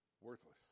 worthless